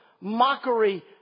mockery